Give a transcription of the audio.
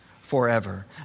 forever